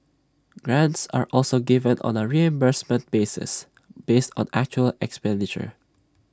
grants are also given on A reimbursement basis based on actual expenditure